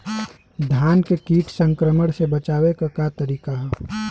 धान के कीट संक्रमण से बचावे क का तरीका ह?